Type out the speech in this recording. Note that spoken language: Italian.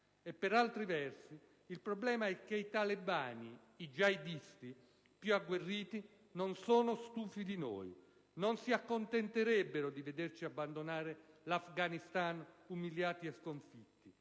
E per altri versi il problema è che i talebani, i jihadisti più agguerriti, non sono stufi di noi. Non si accontenterebbero di vederci abbandonare l'Afghanistan umiliati e sconfitti: